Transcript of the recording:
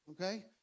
Okay